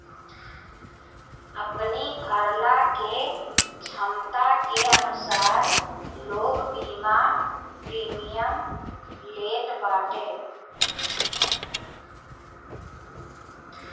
अपनी भरला के छमता के अनुसार लोग बीमा प्रीमियम लेत बाटे